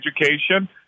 education